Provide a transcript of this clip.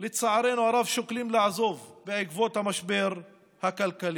לצערנו הרב, שוקלים לעזוב בעקבות המשבר הכלכלי.